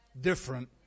different